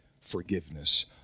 forgiveness